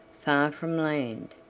far from land,